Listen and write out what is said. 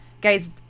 Guys